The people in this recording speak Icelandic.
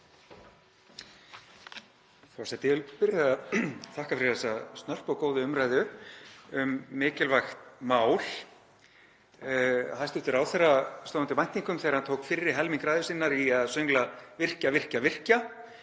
Ég vil byrja á að þakka fyrir þessa snörpu og góðu umræðu um mikilvægt mál. Hæstv. ráðherra stóð undir væntingum þegar hann tók fyrri helming ræðu sinnar í að söngla: Virkja, virkja, virkja.